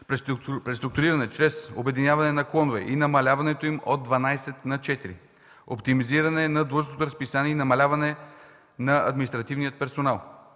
преструктуриране чрез обединяване на клонове и намаляването им от 12 на 4, оптимизиране на длъжностното разписание и намаляване на административния персонал,